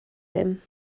him